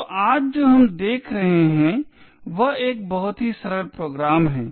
तो आज जो हम देख रहे हैं वह एक बहुत ही सरल प्रोग्राम है